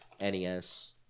NES